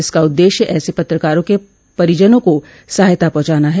इसका उद्देश्य ऐसे पत्रकारों के परिजनों को सहायता पहुंचाना है